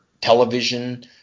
television